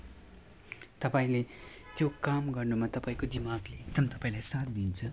तपाईँले त्यो काम गर्नुमा तपाईँको दिमागले एकदम तपाईँलाई साथ दिन्छ